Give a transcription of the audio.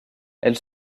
elle